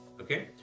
okay